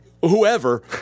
whoever